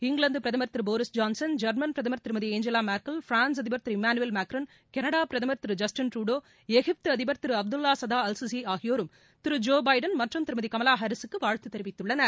இங்கிலாந்து பிரதமர் திரு Boris Johnson German பிரதமர் திருமதி ஆஞ்சலா மெர்க்கல் பிரான்ஸ் அதிபர் திரு இணனுவேல் மேக்ரான் கனடா பிரதமர் திரு ஜஸ்டின் ட்ருடே எகிப்து அதிபர் திரு அப்துல் சதா அல் சிசி ஆகியோரும் திரு ஜோ பைடன் மற்றும் திருமதி கமலா ஹார்ஸிற்கு வாழ்த்து தெரிவித்துள்ளனர்